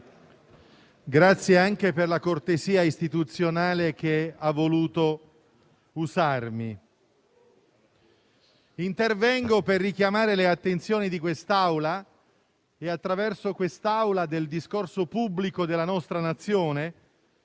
ringrazio anche per la cortesia istituzionale che ha voluto usarmi. Intervengo per richiamare l'attenzione di quest'Assemblea e, attraverso di essa, del discorso pubblico della nostra Nazione